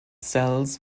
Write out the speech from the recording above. cells